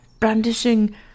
Brandishing